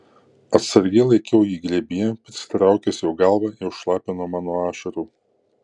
atsargiai laikiau jį glėbyje prisitraukęs jo galvą jau šlapią nuo mano ašarų